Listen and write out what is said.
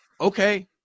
Okay